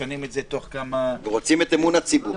משנים את תוך כמה --- ורוצים את אמון הציבור.